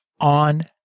on